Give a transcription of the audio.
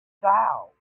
style